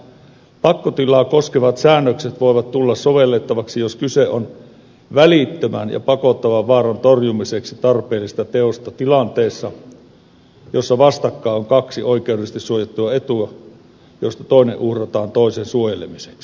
pakkotilaa koskevat säännökset voivat tulla sovellettavaksi jos kyse on välittömän ja pakottavan vaaran torjumiseksi tarpeellisesta teosta tilanteessa jossa vastakkain on kaksi oikeudellisesti suojattua etua joista toinen uhrataan toisen suojelemiseksi